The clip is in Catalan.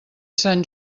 sant